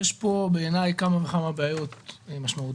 יש פה, בעיניי, כמה וכמה בעיות משמעותיות.